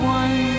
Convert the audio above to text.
one